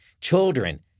children